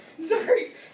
Sorry